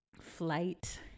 flight